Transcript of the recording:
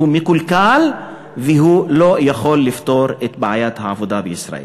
מקולקל ושהוא לא יכול לפתור את בעיית העבודה בישראל.